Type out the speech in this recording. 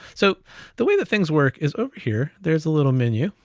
so the way that things work is over here, there's a little menu,